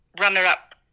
runner-up